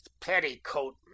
petticoat